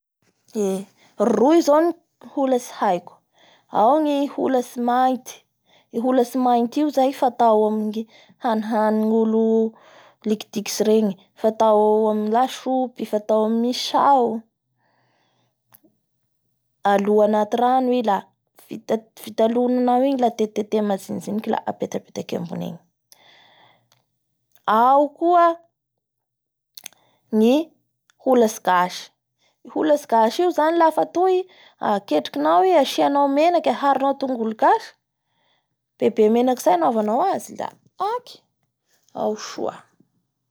Eee! roy zao ny holatsy haikoao ny holatsy mainty, i holatsy maintsy io zay fatao amin'ny hanihanin'olo likidikitsy regnyfatao amin'ny lasoupy fatao amin'ny mine-sao alo anaty rano i a, vita lonanao igny i la tetetena majinijijky la apetapetaky ambony egny, ao koa ny hoasy gasy i holatsy gasy io znay lafa atoy ketrikinao iasianao menaky aharonao tongolo gasy bebe menaky zay anaoavanao azy la haky. Ao soa.